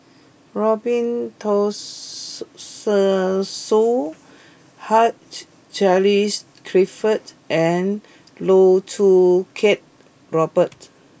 Robin Tessensohn Hugh Charles Clifford and Loh Choo Kiat Robert